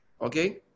okay